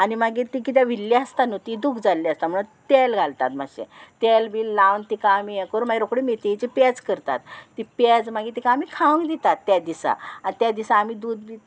आनी मागीर ती किदें विल्ली आसता न्हू ती दूख जाल्ली आसता म्हणून तेल घालतात मातशें तेल बी लावन तिका आमी हें करून मागीर रोखडें मेतयेची पेज करतात ती पेज मागीर तिका आमी खावंक दितात त्या दिसा आनी त्या दिसा आमी दूद